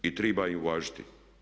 I triba ih uvažiti.